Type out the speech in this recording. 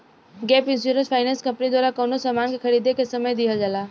gap insurance finance company के द्वारा कवनो सामान के खरीदें के समय दीहल जाला